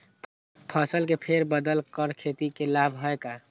फसल के फेर बदल कर खेती के लाभ है का?